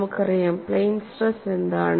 നമുക്കറിയാംപ്ലെയ്ൻ stress എന്താണ്